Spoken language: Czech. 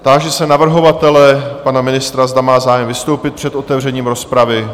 Táži se navrhovatele, pana ministra, zda má zájem vystoupit před otevřením rozpravy?